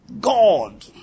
God